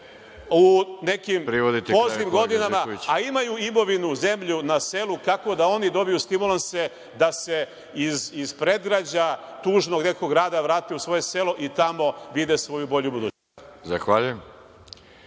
u nekim poznim godinama, a imaju imovinu, zemlju na selu, kako da oni dobiju stimulanse da se iz predgrađa, tužnog nekog grada, vrate u svoje selo i tamo vide svoju bolju budućnost. **Đorđe